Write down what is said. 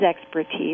expertise